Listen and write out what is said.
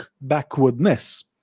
backwardness